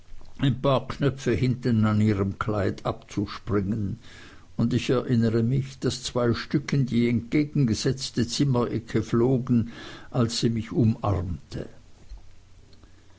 ein paar knöpfe hinten an ihrem kleid abzuspringen und ich erinnere mich daß zwei stück in die entgegengesetzte zimmerecke flogen als sie mich umarmte